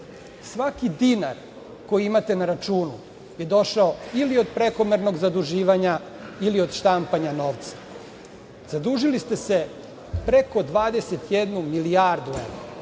dinar koji imate na računu je došao ili od prekomernog zaduživanja ili od štampanja novca. Zadužili ste se preko 21 milijardu evra,